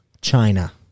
China